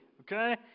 Okay